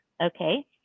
Okay